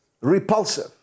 repulsive